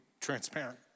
transparent